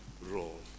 role